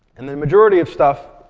and the majority of stuff,